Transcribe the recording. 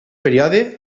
període